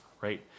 Right